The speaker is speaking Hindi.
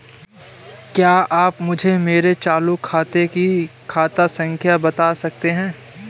क्या आप मुझे मेरे चालू खाते की खाता संख्या बता सकते हैं?